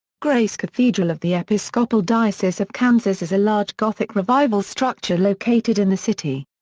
grace cathedral of the episcopal diocese of kansas is a large gothic revival structure located in the city.